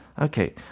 Okay